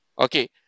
Okay